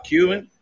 Cuban